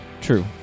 True